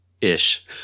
Ish